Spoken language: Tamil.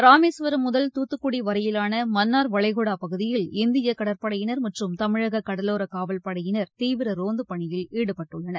ராமேஸ்வரம் முதல் தூத்துக்குடி வரையிவான மன்னார்வளைகுடா பகுதியில் இந்திய கடற்படையினர் மற்றும் தமிழக கடலோர காவல்படையினர் தீவிர ரோந்து பணியில் ஈடுபட்டுள்ளனர்